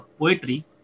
poetry